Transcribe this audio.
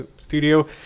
Studio